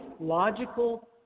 logical